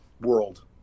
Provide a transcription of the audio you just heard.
world